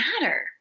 matter